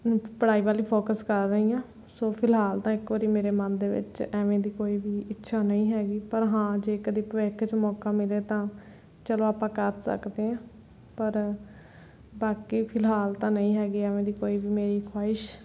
ਪੜ੍ਹਾਈ ਵੱਲ ਹੀ ਫੋਕਸ ਕਰ ਰਹੀ ਹਾਂ ਸੋ ਫਿਲਹਾਲ ਤਾਂ ਇੱਕ ਵਾਰੀ ਮੇਰੇ ਮਨ ਦੇ ਵਿੱਚ ਇਵੇਂ ਦੀ ਕੋਈ ਵੀ ਇੱਛਾ ਨਹੀਂ ਹੈਗੀ ਪਰ ਹਾਂ ਜੇ ਕਦੀ ਭਵਿੱਖ 'ਚ ਮੌਕਾ ਮਿਲੇ ਤਾਂ ਚਲੋ ਆਪਾਂ ਕਰ ਸਕਦੇ ਹਾਂ ਪਰ ਬਾਕੀ ਫਿਲਹਾਲ ਤਾਂ ਨਹੀਂ ਹੈਗੀ ਇਵੇਂ ਦੀ ਕੋਈ ਵੀ ਮੇਰੀ ਖੁਆਇਸ਼